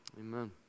Amen